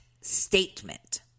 statement